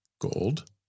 gold